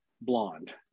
blonde